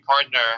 partner